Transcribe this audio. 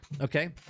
okay